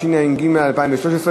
התשע"ג 2013,